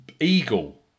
eagle